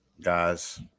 guys